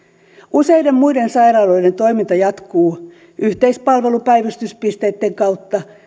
useiden muiden sairaaloiden toiminta jatkuu yhteispalvelupäivystyspisteitten kautta